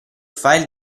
file